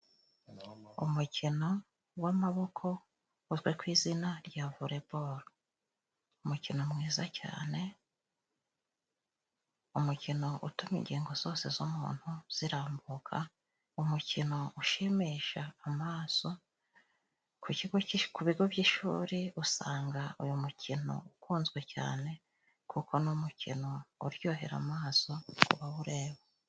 Umukino w'amaboko uzwi ku izina rya voreboro. Umukino mwiza cyane, umukino utuma ingingo zose z'umuntu zirambuka. Umukino ushimisha amaso ku ku bigo by'ishuri usanga uyu mukino ukunzwe cyane kuko n'umukino uryohera amaso ubawureba.